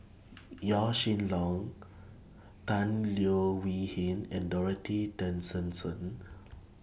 Yaw Shin Leong Tan Leo Wee Hin and Dorothy Tessensohn